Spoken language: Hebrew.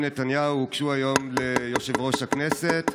נתניהו הוגשו היום ליושב-ראש הכנסת,